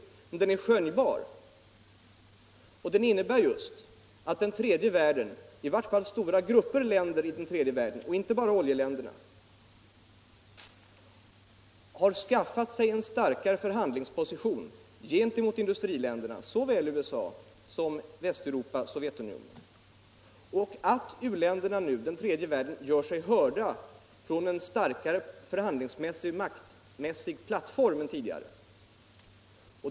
Men förändringen är skönjbar; den innebär just att i vart fall stora grupper länder i tredje världen — och inte bara oljeländerna — har skaffat sig en starkare förhandlingsposition gentemot industriländerna, såväl USA som Västeuropa och Sovjetunionen, och att u-länderna nu gör sig hörda från en starkare maktposition och förhandlingsplattform än tidigare.